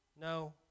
no